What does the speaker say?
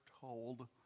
Told